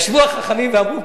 ישבו החכמים ואמרו,